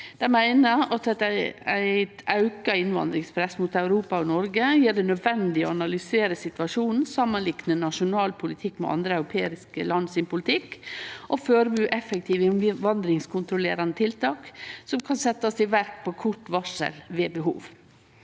Dei meiner at eit auka innvandringspress mot Europa og Noreg gjer det nødvendig å analysere situasjonen, samanlikne nasjonal politikk med andre europeiske lands politikk og å førebu effektive innvandringskontrollerande tiltak som kan setjast i verk på kort varsel ved behov.